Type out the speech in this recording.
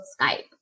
Skype